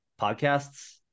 podcasts